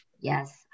Yes